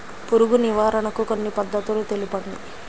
పురుగు నివారణకు కొన్ని పద్ధతులు తెలుపండి?